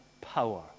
power